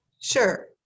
sure